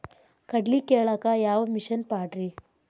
ಕಡ್ಲಿ ಕೇಳಾಕ ಯಾವ ಮಿಷನ್ ಪಾಡ್ರಿ?